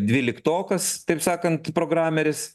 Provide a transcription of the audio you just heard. dvyliktokas taip sakant programeris